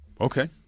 Okay